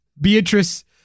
Beatrice